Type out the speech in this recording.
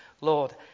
Lord